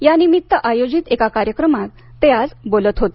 यानिमित्त आयोजित एका कार्यक्रमात ते आज बोलत होते